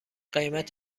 قیمت